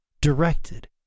directed